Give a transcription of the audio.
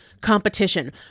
competition